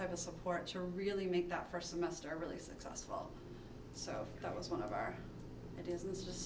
type of support to really make that st semester really successful so that was one of our it is it's just